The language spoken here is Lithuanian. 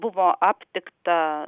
buvo aptikta